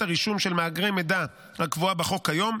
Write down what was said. הרישום של מאגרי מידע הקבועה בחוק כיום,